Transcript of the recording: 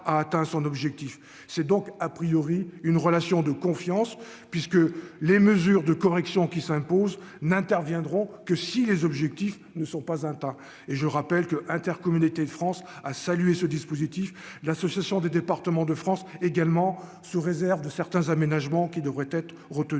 c'est donc a priori une relation de confiance puisque les mesures de correction qui s'imposent n'interviendront que si les objectifs ne sont pas un tas et je rappelle que intercommunautés de France a salué ce dispositif, l'association des départements de France également, sous réserve de certains aménagements qui devraient être retenus,